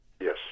Yes